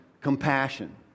Compassion